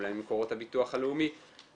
אולי ממקורות הביטוח הלאומי.